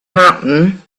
happen